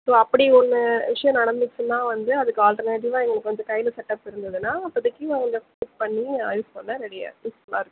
so அப்படி ஒன்று விஷ்யம் நடந்துச்சுன்னா வந்து அதுக்கு ஆல்ட்டர்நேட்டிவாக எங்களுக்கு வந்து கையில் செட்டப்ஸ் இருந்ததுனா அப்போத்திக்கி அவங்க செட் பண்ணி அரேன்ச் பண்ண ரெடியாக யூஸ்ஃபுல்லாக இருக்கும்